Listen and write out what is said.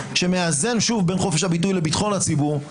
שמאזן שוב בין חופש הביטוי לביטחון הציבור,